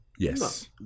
Yes